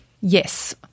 Yes